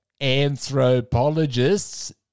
anthropologists